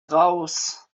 raus